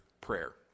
prayer